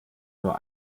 nur